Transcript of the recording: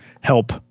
help